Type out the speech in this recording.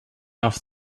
off